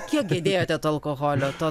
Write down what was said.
kiek gedėjote to alkoholio to